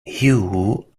you